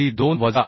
2 वजा 0